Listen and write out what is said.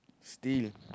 steal